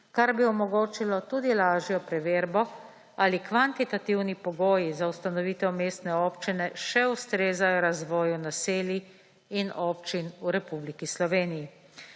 kar bi omogočilo tudi lažjo preverbo, ali kvantitativni pogoji za ustanovitev mestne občine še ustrezajo razvoju naselij in občin v Republiki Sloveniji.